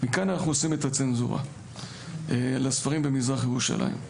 אנחנו עושים את הצנזורה לספרים במזרח ירושלים.